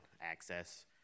access